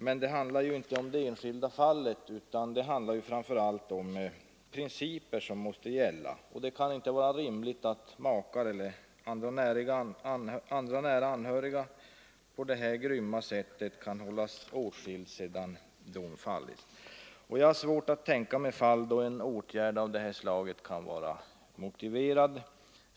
Men vad det här gäller är ju inte närmast ett enskilt fall, utan det är fråga om de principer som tillämpas. Det kan inte vara rimligt att makar eller andra nära anhöriga på detta grymma sätt skall hållas åtskilda sedan dom fallit. Jag har svårt att tänka mig fall då en åtgärd av det här slaget kan vara motiverad.